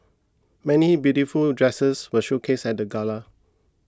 many beautiful dresses were showcased at the gala